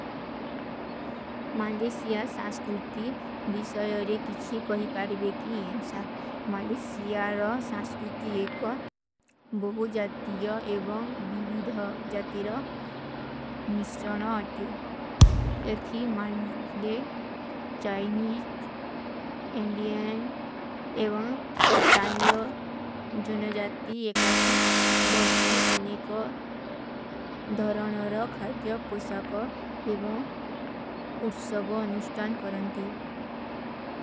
ମାଲେଶିଯା ସାଂସ୍କୃତି ଵିଶଯରେ କିଛୀ କହୀ ପାରେବେ କୀ ହୈଂସା। ମାଲେଶିଯା ରହ ସାଂସ୍କୃତି ଏକ ବହୁ ଜାତିଯା ଏବଂ ବୀବିଧ ଜାତି ରହ ମିଷ୍ଚନ ଅଟେ। ଇଥୀ ମାଲେଶିଯା ଚାଇନୀଜ, ଏଂଡିଯନ ଏବଂ ସ୍ଥାନିଯ ଜୁନଜାତି ଏକାକୀ ବସୀ ଅନିକ ଧରନ ଔର ଖାର୍ପ୍ଯା ପୋସା କା ଏବଂ ଉଟ୍ସଵ ଅନୁସ୍ଟାନ କରନତୀ।